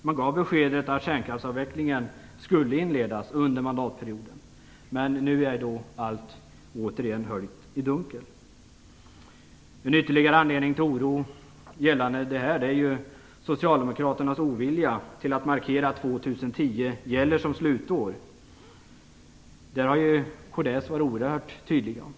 De gav beskedet att kärnkraftsavvecklingen skulle inledas under mandatperioden, men nu är allt återigen höljt i dunkel. Ytterligare en anledning till oro är Socialdemokraternas ovilja att markera att år 2010 gäller som slutår. Där har ju kds varit oerhört tydliga.